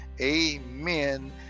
Amen